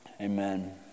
Amen